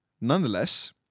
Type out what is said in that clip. nonetheless